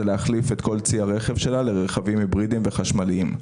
להחליף את כל צי הרכב שלה לרכבים היברידיים וחשמליים.